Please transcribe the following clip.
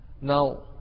Now